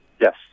Yes